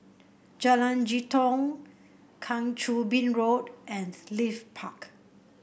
Jalan Jitong Kang Choo Bin Road and Leith Park